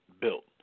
built